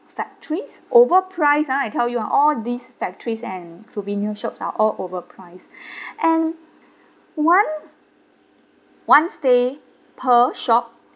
factories overpriced ah I tell you ah all these factories and souvenir shops are all overpriced and one one stay per shop